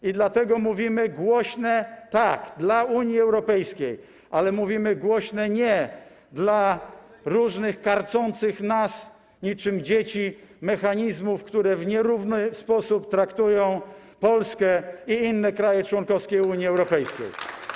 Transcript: I dlatego mówimy głośne „tak” dla Unii Europejskiej, ale mówimy głośne „nie” dla różnych karcących nas niczym dzieci mechanizmów, które w nierówny sposób traktują Polskę i inne kraje członkowskie Unii Europejskiej.